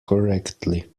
correctly